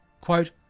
Quote